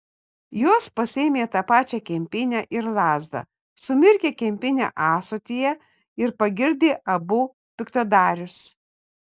jos pasiėmė tą pačią kempinę ir lazdą sumirkė kempinę ąsotyje ir pagirdė abu piktadarius